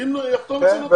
יחתום אצל נוטריון ציבורי.